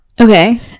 Okay